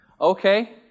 Okay